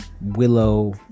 Willow